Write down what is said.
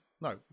No